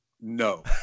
no